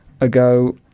ago